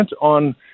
on